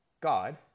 God